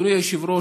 אדוני היושב-ראש,